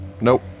Nope